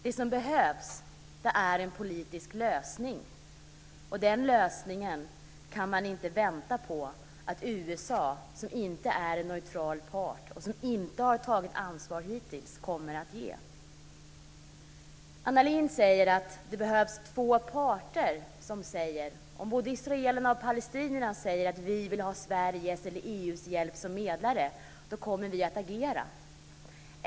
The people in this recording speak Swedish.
Det som behövs är en politisk lösning. Den lösningen kan man inte vänta på att USA, som inte är en neutral part och som inte har tagit ansvar hittills, kommer att ge. Anna Lindh säger att det behövs två parter. Om både israelerna och palestinierna säger att de vill ha Sveriges eller EU:s hjälp som medlare kommer vi att agera.